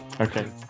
Okay